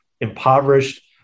impoverished